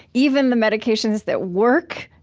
even the medications that work,